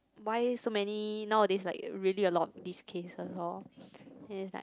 why so many nowadays like really a lot of these cases lor then is like